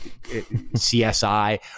CSI